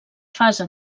fase